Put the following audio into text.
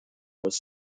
was